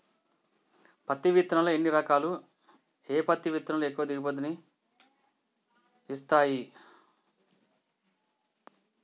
పత్తి విత్తనాలు ఎన్ని రకాలు, ఏ పత్తి విత్తనాలు ఎక్కువ దిగుమతి ని ఇస్తాయి?